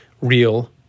real